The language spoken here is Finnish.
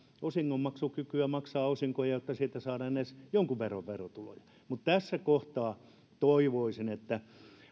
osingonmaksukykyä maksaa osinkoja jotta sieltä saadaan edes jonkun verran verotuloja mutta tässä kohtaa toivoisin että